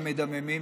המדממים,